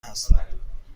هستم